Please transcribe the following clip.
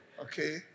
okay